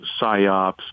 psyops